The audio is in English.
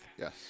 Yes